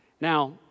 Now